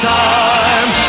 time